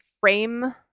frame